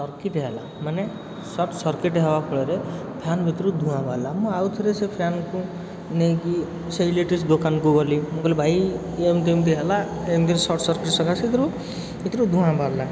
circuit ହେଲା ମାନେ short circuit ହେବା ଫଳରେ ଫ୍ୟାନ୍ ଭିତରୁ ଧୂଆଁ ବାହାରିଲା ମୁଁ ଆଉ ଥରେ ସେ ଫ୍ୟାନ୍କୁ ନେଇକି ସେ ଇଲେକ୍ଟ୍ରିକ୍ସ୍ ଦୋକାନକୁ ଗଲି ମୁଁ କହିଲି ଭାଇ ଏମତି ଏମତି ହେଲା ଏମତି ସଟ୍ ସର୍କିଟ୍ ସକାଶେ ଏଥିରୁ ଏଥିରୁ ଧୂଆଁ ବାହାରିଲା